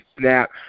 Snap